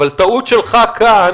אבל הטעות שלך כאן,